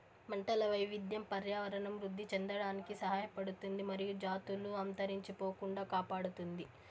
పంటల వైవిధ్యం పర్యావరణం వృద్ధి చెందడానికి సహాయపడుతుంది మరియు జాతులు అంతరించిపోకుండా కాపాడుతుంది